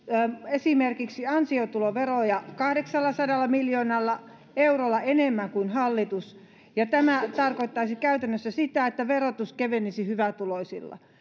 esimerkiksi alentaisi ansiotuloveroja kahdeksallasadalla miljoonalla eurolla enemmän kuin hallitus ja tämä tarkoittaisi käytännössä sitä että verotus kevenisi hyvätuloisilla